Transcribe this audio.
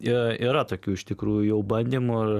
ir yra tokių iš tikrųjų bandymų